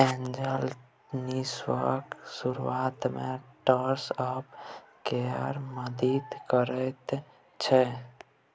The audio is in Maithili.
एंजल निबेशक शुरुआत मे स्टार्टअप केर मदति करैत छै